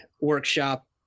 workshop